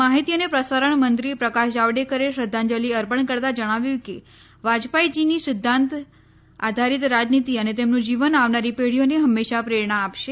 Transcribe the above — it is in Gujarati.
માહિતી અને પ્રસારણ મંત્રી પ્રકાશ જાવડેકરે શ્રધ્ધાંજલિ અર્પણ કરતાં જણાવ્યું કે વાજપાઈજીની સિધ્ધાંત આધારીત રાજનીતી અને તેમનું જીવન આવનારી પેઢીઓને હંમેશા પ્રેરણા આપશે